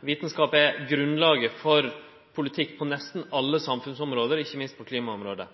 er grunnlaget for politikk på nesten alle samfunnsområde, ikkje minst på klimaområdet.